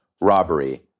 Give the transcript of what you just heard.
robbery